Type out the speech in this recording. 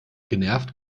genervt